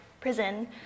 prison